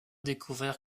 découvrir